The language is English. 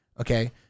okay